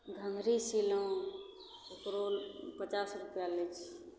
घघरी सीलहुँ रोज पचास रूपैआ लै छियै